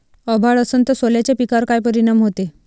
अभाळ असन तं सोल्याच्या पिकावर काय परिनाम व्हते?